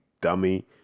dummy